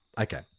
Okay